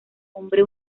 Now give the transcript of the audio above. hombre